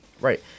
Right